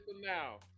now